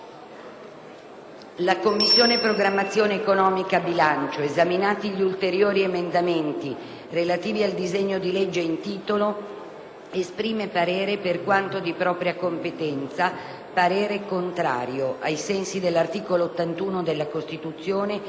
«La Commissione programmazione economica, bilancio, esaminati gli ulteriori emendamenti relativi al disegno di legge in titolo, esprime, per quanto di proprio competenza, parere contrario, ai sensi dell'articolo 81 della Costituzione,